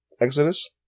exodus